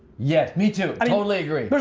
yeah, me too, i totally agree. but